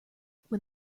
when